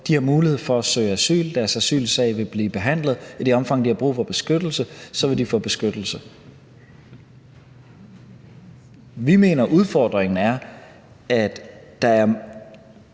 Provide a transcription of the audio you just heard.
De har mulighed for at søge asyl, deres asylsag vil blive behandlet, og i det omfang, de har brug for beskyttelse, vil de få beskyttelse. Vi mener, udfordringen er, at der er